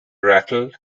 rattle